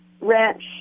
ranch